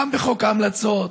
גם בחוק ההמלצות,